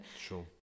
sure